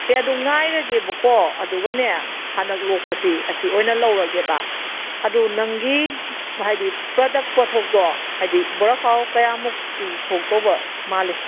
ꯁꯦ ꯑꯗꯨ ꯉꯥꯏꯔꯒꯦꯕꯀꯣ ꯑꯗꯨꯒꯅꯦ ꯍꯟꯗꯛ ꯂꯣꯛꯄꯁꯤ ꯑꯁꯤ ꯑꯣꯏꯅ ꯂꯧꯔꯒꯦꯕ ꯑꯗꯨ ꯅꯪꯒꯤ ꯍꯥꯏꯗꯤ ꯄ꯭ꯔꯗꯛ ꯄꯣꯊꯣꯛꯇꯣ ꯍꯥꯏꯗꯤ ꯕꯣꯔꯥ ꯈꯥꯎ ꯀꯌꯥꯃꯨꯛꯇꯤ ꯊꯣꯛꯇꯧꯕ ꯃꯥꯜꯂꯤ